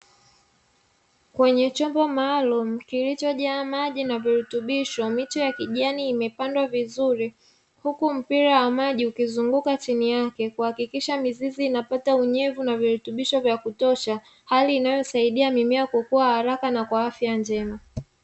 Kwenye chombo maalumu kilichojaa maji na virutubisho, miche ya kijani imepandwa vizuri; huku mpira wa maji ukizunguka chini yake kuhakikisha mizizi inapata unyevu na virutubisho vya kutosha, hali inayosaidia mimea kukua haraka na kwa afya njema.